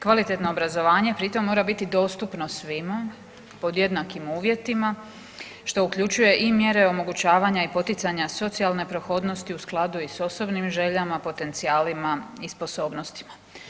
Kvalitetno obrazovanje pritom mora biti dostupno svima pod jednakim uvjetima što uključuje i mjere omogućavanja i poticanja socijalne prohodnosti u skladu i s osobnim željama, potencijalima i sposobnostima.